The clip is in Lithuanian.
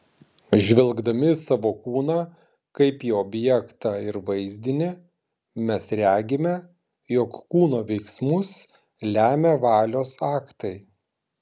žvelgdami į savo kūną kaip į objektą ir vaizdinį mes regime jog kūno veiksmus lemia valios aktai